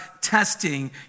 testing